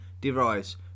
derives